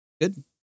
Good